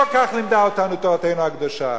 לא כך לימדה אותנו תורתנו הקדושה.